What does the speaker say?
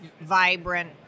vibrant